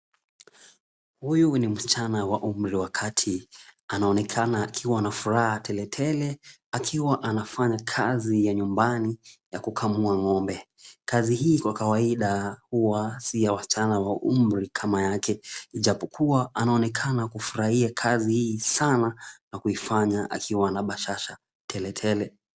Huyu ni msichana wa umri wa kati. Anaonekana akiwa na furaha tele tele akiwa anafanya kazi ya nyumbani ya kukamua ng'ombe. Kazi hii kwa kawaida si ya wasichana wa umri kama yake ijapokuwa anaonekana kufurahia kazi hii sana na kuifanya akiwa na bashasha tele tele.